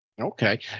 Okay